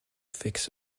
fix